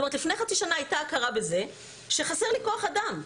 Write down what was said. לפני חצי שנה הייתה הכרה בזה שחסר לי כוח אדם,